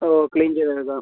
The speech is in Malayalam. ഓ ക്ലീൻ ചെയ്ത് എടുക്കണം